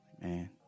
man